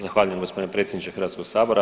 Zahvaljujem gospodine predsjedniče Hrvatskog sabora.